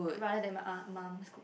rather than my uh mum's cook